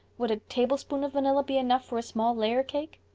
would a tablespoon of vanilla be enough for a small layer cake?